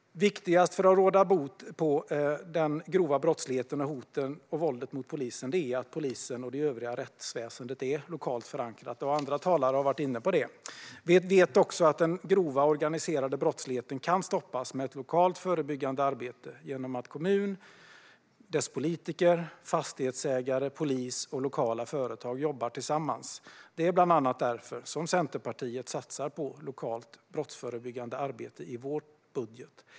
Viktigast för att råda bot på den grova brottsligheten och hoten och våldet mot polisen är att polisen och det övriga rättsväsendet är lokalt förankrat, och andra talare har varit inne på det. Vi vet också att den grova organiserade brottsligheten kan stoppas med lokalt brottsförebyggande arbete genom att kommuner och dess politiker, fastighetsägare, polis och lokala företag jobbar tillsammans. Det är bland annat därför som vi i Centerpartiet satsar på lokalt brottsförebyggande arbete i vår budget.